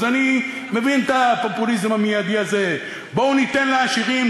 אז אני מבין את הפופוליזם המיידי הזה: בואו וניתן לעשירים,